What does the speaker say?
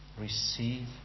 receive